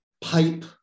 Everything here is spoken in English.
pipe